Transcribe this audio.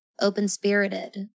open-spirited